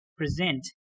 present